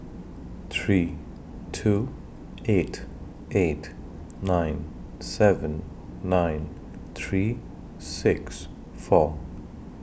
three two eight eight nine seven nine three six four